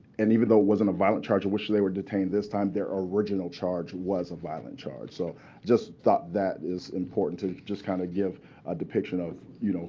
and even though it wasn't a violent charge of which they were detained this time, their original charge was a violent charge. so i just thought that is important to just kind of give a depiction of, you know,